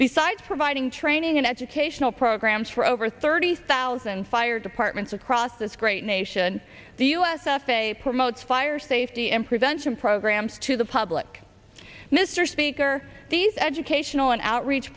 besides providing training and educational programs for over thirty thousand fire departments across this great nation the us f a p promotes fire safety and prevention programs to the public mr speaker these educational and outreach